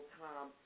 time